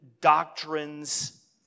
doctrines